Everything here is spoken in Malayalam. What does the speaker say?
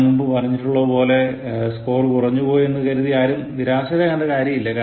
ഞാൻ മുമ്പ് പറഞ്ഞിട്ടുള്ളതുപോലെ സ്കോർ കുറഞ്ഞു പോയി എന്നു കരുതി ആരും നിരാശരാകേണ്ട കാര്യം ഇല്ല